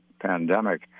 pandemic